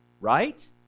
right